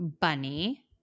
bunny